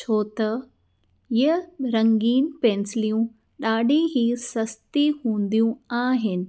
छो त इहा रंगीन पेंसिलियूं ॾाढी ई सस्ती हूंदियूं आहिनि